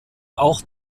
auch